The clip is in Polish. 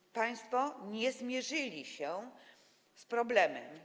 I państwo nie zmierzyli się z problemem.